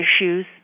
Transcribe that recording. issues